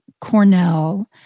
Cornell